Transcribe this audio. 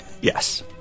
Yes